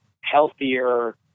healthier